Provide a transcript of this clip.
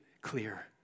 clear